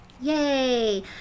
yay